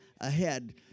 ahead